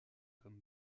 comme